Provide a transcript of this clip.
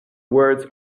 words